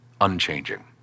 unchanging